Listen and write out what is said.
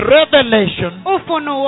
revelation